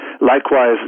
likewise